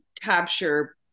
capture